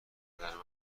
بدن